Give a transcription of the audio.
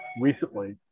recently